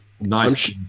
nice